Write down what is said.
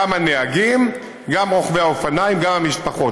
גם הנהגים, גם רוכבי האופניים, גם המשפחות.